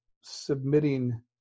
submitting